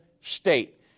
state